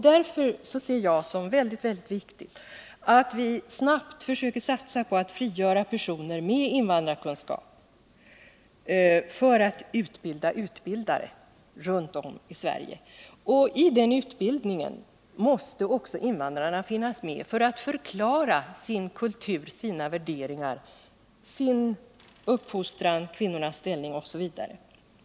Därför ser jag det som mycket viktigt att vi snabbt satsar på att frigöra personer med invandrarkunskap för att utbilda utbildare runt om i Sverige. I den utbildningen måste också invandrarna finnas med för att förklara sin kultur, sina värderingar, sin uppfostran, kvinnornas ställning i hemlandet, osv.